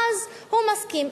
אז הוא מסכים.